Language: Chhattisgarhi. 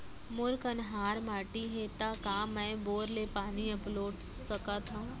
मोर कन्हार माटी हे, त का मैं बोर ले पानी अपलोड सकथव?